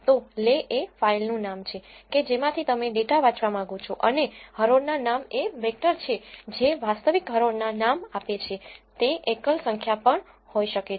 તો લે એ ફાઇલનું નામ છે કે જેમાંથી તમે ડેટા વાંચવા માંગો છો અને હરોળ ના નામ એ વેક્ટર છે જે વાસ્તવિક હરોળના નામ આપે છે તે એકલ સંખ્યા પણ હોઈ શકે છે